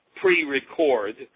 pre-record